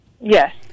Yes